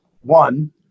One